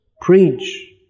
Preach